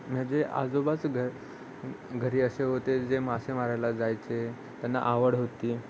म्हणजे आजोबाच घर घरी असे होते जे मासे मारायला जायचे त्यांना आवड होती